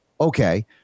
okay